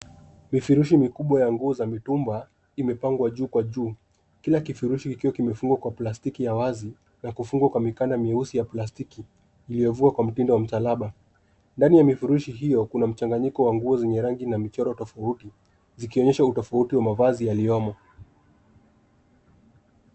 Mifurushi mikubwa ya nguo za mitumba, imepangwa juu kwa juu. Kila kifurushi kikiwa kimefungwa kwa plastiki ya wazi, na kufungwa kwa mikanda myeusi ya plastiki, iliyofungwa kwa mtindo wa msalaba. Ndani ya mifurushi hiyo kuna mchanganyiko wa nguo zenye rangi na michoro tofauti. Zikionyesha utofauti wa mavazi yaliyomo.